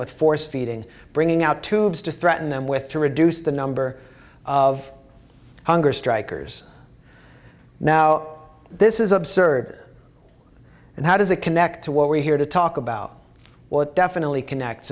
with force feeding bringing out tubes to threaten them with to reduce the number of hunger strikers now this is absurd and how does that connect to what we're here to talk about what definitely connects